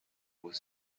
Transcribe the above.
was